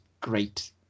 great